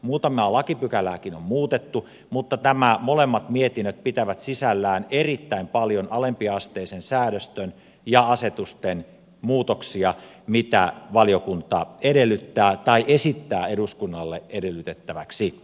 muutamaa lakipykälääkin on muutettu mutta nämä molemmat mietinnöt pitävät sisällään erittäin paljon alempiasteisen säädöstön ja asetusten muutoksia mitä valiokunta edellyttää tai esittää eduskunnalle edellytettäväksi